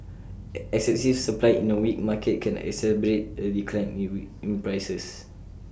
excessive supply in A weak market can exacerbate A decline in prices